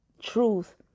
truth